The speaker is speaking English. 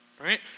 right